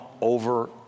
over